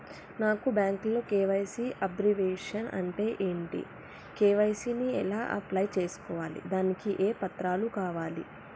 నాకు బ్యాంకులో KYC abbreviation అంటే ఏంటి కే.వై.సీ ని ఎలా అప్లై చేసుకోవాలి దానికి ఏ పత్రాలు కావాలి?